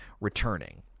returning